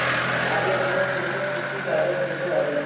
আবেদনের জন্য কি কি কাগজ নিতে হবে?